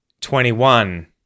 twenty-one